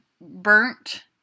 burnt